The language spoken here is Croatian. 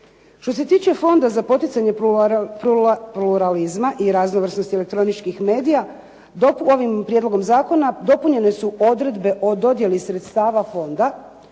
Što se tiče Fonda za poticanje pluralizma i raznovrsnosti elektroničkih medija, dok ovim Prijedlogom zakona dopunjene su odredbe o dodjeli sredstava fonda